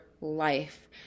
life